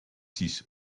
six